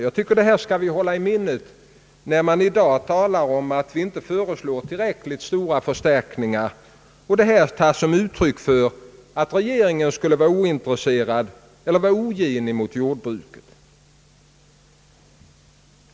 Jag tycker att vi bör hålla det i minnet, när det i dag talas om att regeringen inte föreslår tillräckligt stora förstärkningar och att det tas som uttryck för att regeringen skulle vara ointresserad av eller ogin mot jordbruket.